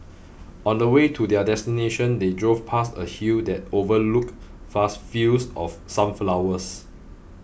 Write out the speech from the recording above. on the way to their destination they drove past a hill that overlooked vast fields of sunflowers